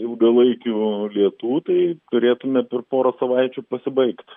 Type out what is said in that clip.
ilgalaikių lietų tai turėtume per porą savaičių pasibaigt